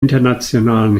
internationalen